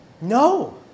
No